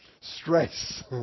stress